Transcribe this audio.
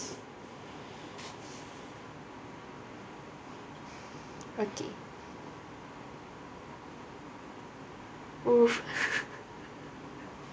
okay woof